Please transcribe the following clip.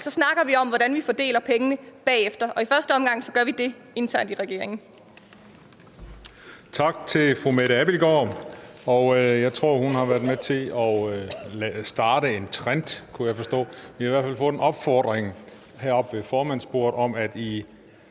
så snakker vi bagefter om, hvordan man fordeler pengene. Og i første omgang gør vi det internt i regeringen.